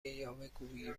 یاوهگویی